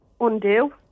undo